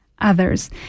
others